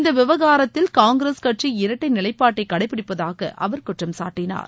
இந்த விவகாரத்தில் காங்கிரஸ் கட்சி இரட்டை நிலைப்பாட்டை கடைபிடிப்பதாக அவர் குற்றம் சாட்டினார்